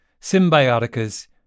Symbiotica's